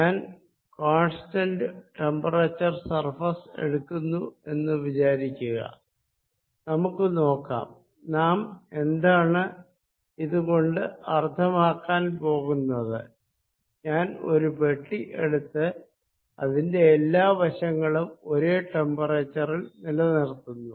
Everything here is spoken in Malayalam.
ഞാൻ കോൺസ്റ്റന്റ് ടെമ്പറേച്ചർ സർഫേസ് എടുക്കുന്നു എന്ന് വിചാരിക്കുക നമുക്ക് നോക്കാം നാം എന്താണ് അത് കൊണ്ട് അർത്ഥമാക്കാൻ പോകുന്നത് ഞാൻ ഒരു പെട്ടി എടുത്ത് അതിന്റെ എല്ലാ വശങ്ങളും ഒരേ ടെമ്പറേച്ചറിൽ നിലനിർത്തുന്നു